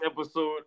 episode